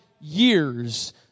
years